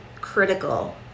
critical